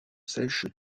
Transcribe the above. sèches